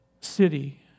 city